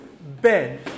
Ben